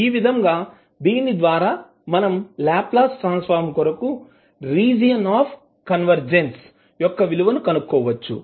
ఈ విధంగా దీని ద్వారా మనం లాప్లాస్ ట్రాన్సఫర్మ్ కొరకు రీజియన్ ఆఫ్ కన్వర్జెన్స్ యొక్క విలువ ని కనుక్కోవచ్చు